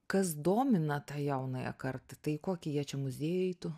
kas domina tą jaunąją kartą tai į kokį jie čia muziejų eitų